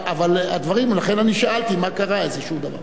אבל הדברים, לכן אני שאלתי מה קרה, איזה דבר.